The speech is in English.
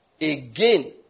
Again